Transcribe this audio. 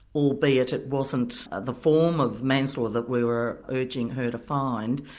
albeit it wasn't the form of manslaughter that we were urging her to find,